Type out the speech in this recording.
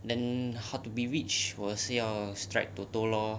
then how to be rich 我是要 strike toto lor